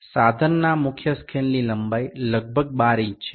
যন্ত্রটির মূল স্কেলের দৈর্ঘ্য প্রায় ১২ ইঞ্চি